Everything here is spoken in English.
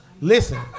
Listen